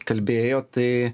kalbėjo tai